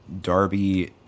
Darby